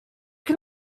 can